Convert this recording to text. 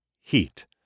Heat